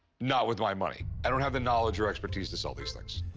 not with my money. i don't have the knowledge or expertise to sell these things.